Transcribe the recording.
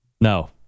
No